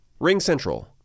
RingCentral